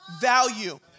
value